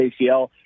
ACL